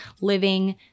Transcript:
living